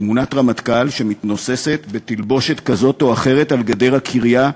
תמונת רמטכ"ל שמתנוססת בתלבושת כזאת או אחרת על גדר הקריה.